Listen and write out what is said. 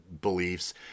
beliefs